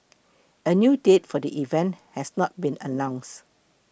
a new date for the event has not been announced